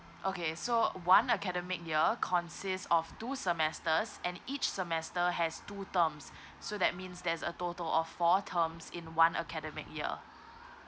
okay so one academic year consists of two semesters and each semester has two terms so that means there's a total of four terms in one academic year